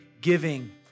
giving